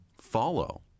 follow